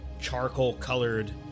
charcoal-colored